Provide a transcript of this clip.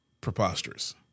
preposterous